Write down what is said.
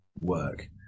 work